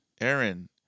Aaron